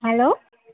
hello